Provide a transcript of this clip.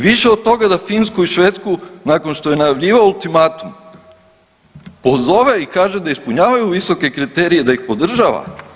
Više od toga da Finsku i Švedsku nakon što je najavljivao ultimatum pozove i kaže da ispunjavaju visoke kriterije da ih podražava.